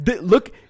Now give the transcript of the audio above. Look